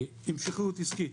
המשכיות עסקית,